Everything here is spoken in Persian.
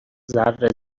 ذره